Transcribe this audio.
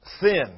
Sin